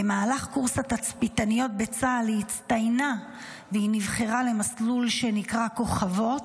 במהלך קורס התצפיתניות בצה"ל היא הצטיינה ונבחרה למסלול שנקרא "כוכבות",